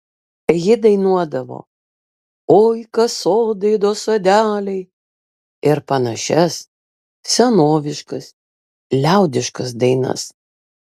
ji dainuodavo oi kas sodai do sodeliai ir panašias senoviškas liaudiškas dainas